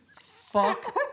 fuck